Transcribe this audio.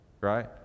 right